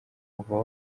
kuva